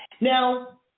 Now